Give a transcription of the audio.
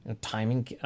timing